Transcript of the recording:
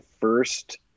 first